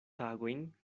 tagojn